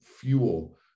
fuel